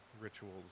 rituals